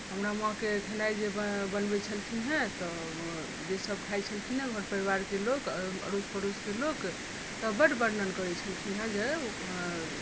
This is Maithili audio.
हमरा माँके खेनाइ जे ब बनबैत छलखिन हेँ तऽ जेसभ खाइत छलखिन हेँ हमर परिवारक लोक अड़ोस पड़ोसके लोक तऽ बड्ड वर्णन करैत छलखिन जे ओ